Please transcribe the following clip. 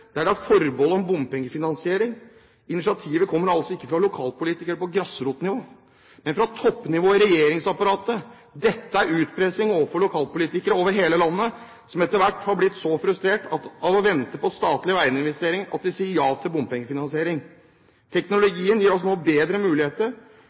der det er forbehold om bompengefinansiering. Initiativet kommer altså ikke fra lokalpolitikere på grasrotnivå, men fra toppnivået i regjeringsapparatet. Dette er utpressing overfor lokalpolitikere over hele landet, som etter hvert har blitt så frustrerte av å vente på statlige veiinvesteringer at de sier ja til